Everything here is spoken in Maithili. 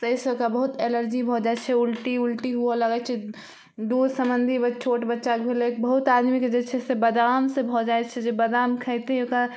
जाहिसऽ ओकरा बहुत एलर्जी भऽ जाइ छै उलटी उलटी होवऽ लगै छै दुध संबन्धी छोट बच्चा भेलै बहुत आदमीके जे छै से बादाम से भऽ जाइ छै जे बादाम खाइते ओकरा खुजली